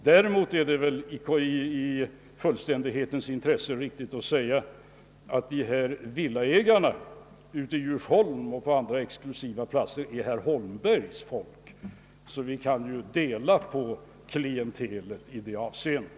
Däremot är det väl i fullständighetens intresse riktigt att fastslå att villaägarna i Djursholm och på andra exklusiva platser är herr Holmbergs folk — vi kan ju delä på klientelet på det sättet.